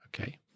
okay